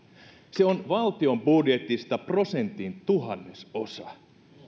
se on valtion budjetista prosentin tuhannesosa